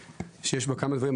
שיש בה כמה דברים.